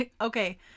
okay